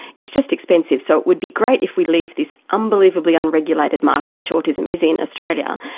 it's just expensive. so it would be great if we leave this unbelievably unregulated market, which autism is in australia,